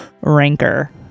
Ranker